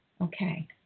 Okay